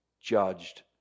judged